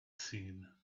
seen